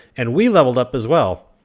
and we leveled up as well.